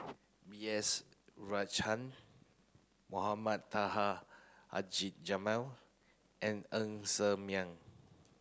B S Rajhans Mohamed Taha Haji Jamil and Ng Ser Miang